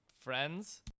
friends